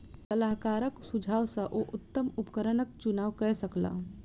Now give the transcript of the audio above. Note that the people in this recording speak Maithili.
सलाहकारक सुझाव सॅ ओ उत्तम उपकरणक चुनाव कय सकला